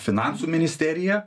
finansų ministerija